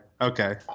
Okay